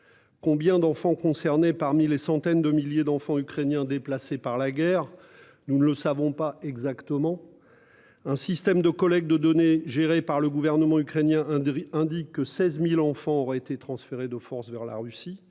ukrainiens sont-ils concernés parmi les centaines de milliers déplacés par la guerre ? Nous ne le savons pas exactement. Selon un système de collecte de données géré par le gouvernement ukrainien, 16 000 enfants auraient été transférés de force vers la Russie